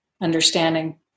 understanding